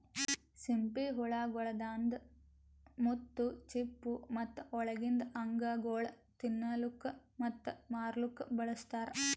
ಸಿಂಪಿ ಹುಳ ಗೊಳ್ದಾಂದ್ ಮುತ್ತು, ಚಿಪ್ಪು ಮತ್ತ ಒಳಗಿಂದ್ ಅಂಗಗೊಳ್ ತಿನ್ನಲುಕ್ ಮತ್ತ ಮಾರ್ಲೂಕ್ ಬಳಸ್ತಾರ್